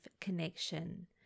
connection